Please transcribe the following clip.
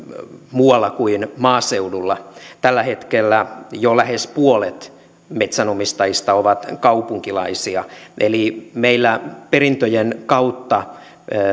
muualla kuin maaseudulla tällä hetkellä jo lähes puolet metsänomistajista on kaupunkilaisia eli meillä perintöjen kautta